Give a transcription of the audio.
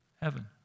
heaven